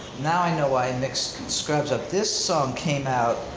now i know why i mixed scrubs up. this song came out